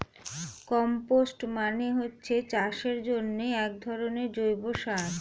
compost মানে হচ্ছে চাষের জন্যে একধরনের জৈব সার